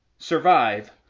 survive